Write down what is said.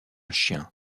chien